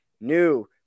new